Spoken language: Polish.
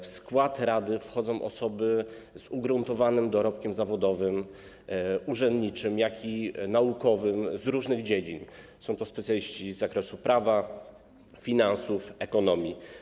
W skład rady wchodzą osoby z ugruntowanym dorobkiem zawodowym, urzędniczym, jak i naukowym z różnych dziedzin, są to specjaliści z zakresu prawa, finansów, ekonomii.